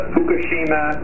Fukushima